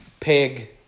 pig